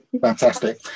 Fantastic